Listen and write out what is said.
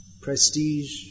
prestige